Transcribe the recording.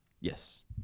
Yes